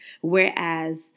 Whereas